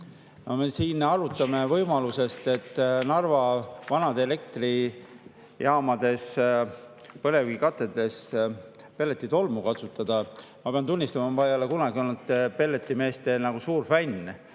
me siin arutame võimalust, et Narva vanades elektrijaamades põlevkivikateldes pelletitolmu kasutada. Ma pean tunnistama, et ma ei ole kunagi olnud pelletimeeste suur fänn,